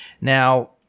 now